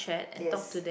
yes